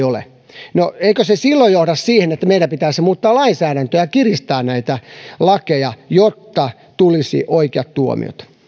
ole no eikö se silloin johda siihen että meidän pitäisi muuttaa lainsäädäntöä kiristää näitä lakeja jotta tulisi oikeat tuomiot